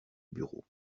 bureau